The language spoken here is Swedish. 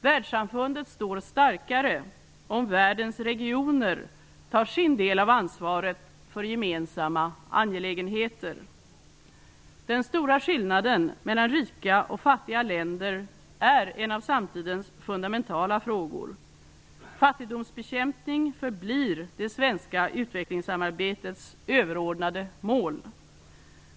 Världssamfundet står starkare om världens regioner tar sin del av ansvaret för gemensamma angelägenheter. Den stora skillanden mellan rika och fattiga länder är en av samtidens fundamentala frågor. Fattigdomsbekämpning förblir det svenska utvecklingssamarbetets överordnade mål.